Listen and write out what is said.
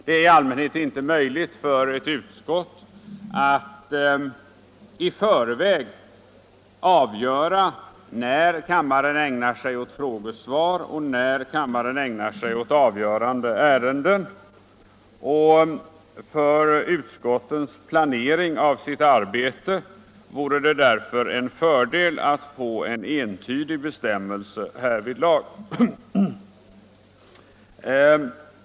Det är i allmänhet inte möjligt för ett utskott att i förväg avgöra när kammaren ägnar sig åt frågesvar och när kammaren ägnar sig åt avgörande av ärenden. För utskottens planering av sitt arbete vore det därför en fördel att få en entydig bestämmelse härvidlag.